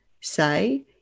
say